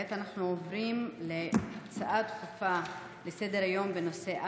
כעת אנחנו עוברים להצעה דחופה לסדר-היום בנושא: